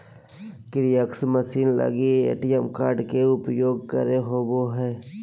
kiosk machine लगी ATM card के उपयोग करे होबो हइ